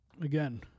again